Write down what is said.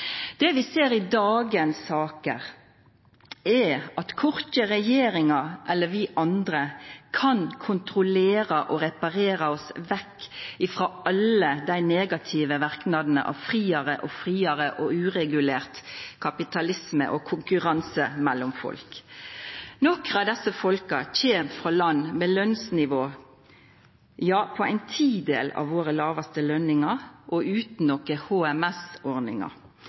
Det vi ser i dagens saker, er at korkje regjeringa eller vi andre kan kontrollera og reparera oss vekk frå alle dei negative verknadene av friare og friare uregulert kapitalisme og konkurranse mellom folk. Nokre av desse folka kjem frå land med eit lønsnivå på ein tidel av våre lågaste løningar, utan HMS-ordningar og